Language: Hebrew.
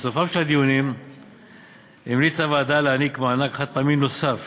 בסופם של הדיונים המליצה הוועדה להעניק מענק חד-פעמי נוסף